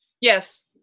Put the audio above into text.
Yes